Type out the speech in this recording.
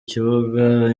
kibuga